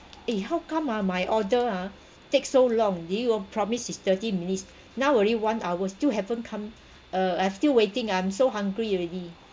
eh how come ah my order ah take so long didn't you all promise is thirty minutes now already one hour still haven't come uh I'm still waiting I'm so hungry already